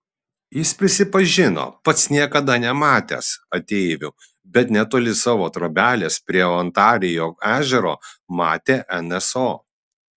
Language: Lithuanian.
jis prisipažino pats niekada nematęs ateivių bet netoli savo trobelės prie ontarijo ežero matė nso